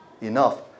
Enough